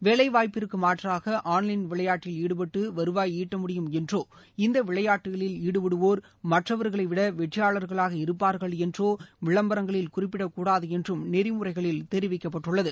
வேலைவாய்ப்பிற்கு மாற்றாக ஆன்லைன் விளையாட்டில் ஈடுபட்டு வருவாய் ஈட்ட முடியும் என்றோ இந்த விளையாட்டுகளில் ஈடுபடுவோர் மற்றவர்களைவிட வெற்றியாளர்களாக இருப்பார்கள் என்றோ விளம்பரங்களில் குறிப்பிடக்கூடாது என்றும் நெறிமுறைகளில் தெரிவிக்கப்பட்டுள்ளது